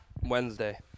Wednesday